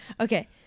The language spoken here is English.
Okay